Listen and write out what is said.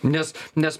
nes nes